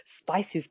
spices